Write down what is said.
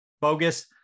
bogus